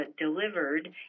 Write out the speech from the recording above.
delivered